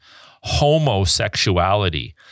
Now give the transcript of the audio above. homosexuality